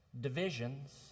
divisions